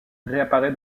réapparaît